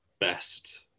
best